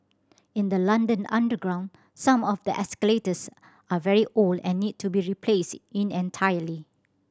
in the London underground some of the escalators are very old and need to be replaced in entirety